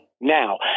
now